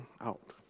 out